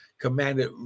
commanded